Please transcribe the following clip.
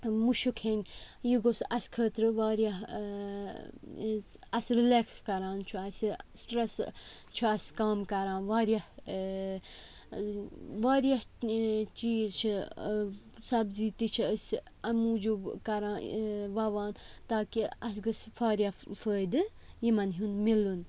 مُشُک ہیٚنۍ یہِ گوٚژھ اَسہِ خٲطرٕ واریاہ اَسہِ رٕلٮ۪کٕس کَران چھُ اَسہِ سٕٹرٛس چھُ اَسہِ کَم کَران واریاہ واریاہ چیٖز چھِ سبزی تہِ چھِ أسۍ اَمہِ موٗجوٗب کَران وَوان تاکہِ اَسہِ گٔژھ یہِ فاریاہ فٲیدٕ یِمَن ہُنٛدۍ مِلُن